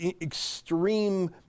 extreme